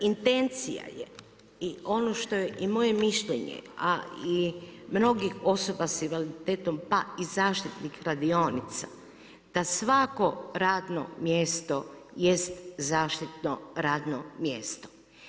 Intencija je i ono što je i moje mišljenje a i mnogih osoba sa invaliditetom pa i zaštitnih radionica da svako radno mjesto jest zaštitno radno mjesto.